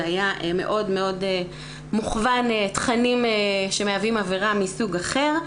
זה היה מאוד מאוד מוכוון תכנים שמהווים עבירה מסוג אחר.